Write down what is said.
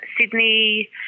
Sydney